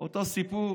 אותו סיפור.